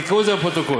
תקראו את זה בפרוטוקול.